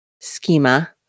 schema